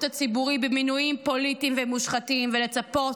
הציבורי במינויים פוליטיים ומושחתים ולצפות,